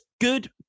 good